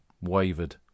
wavered